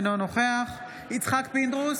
אינו נוכח יצחק פינדרוס,